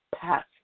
past